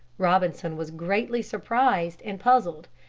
robinson was greatly surprised and puzzled.